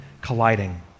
colliding